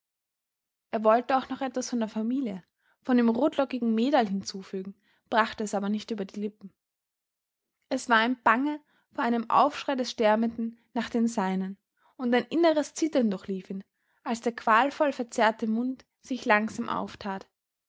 er wollte auch noch etwas von der familie von dem rotlockigen mäderl hinzufügen brachte es aber nicht über die lippen es war ihm bange vor einem aufschrei des sterbenden nach den seinen und ein inneres zittern durchlief ihn als der qualvoll verzerrte mund sich langsam auftat